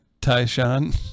Tyshawn